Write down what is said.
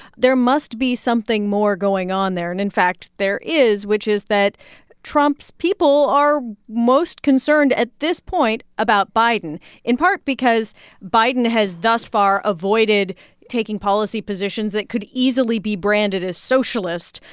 there must be something more going on there. and, in fact, there is, which is that trump's people are most concerned at this point about biden in part because biden has thus far avoided taking policy positions that could easily be branded as socialist,